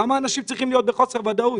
למה אנשים צריכים להיות בחוסר ודאות?